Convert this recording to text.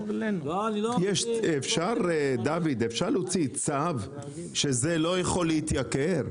אפשר להוציא צו שזה לא יכול להתייקר?